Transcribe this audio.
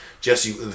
Jesse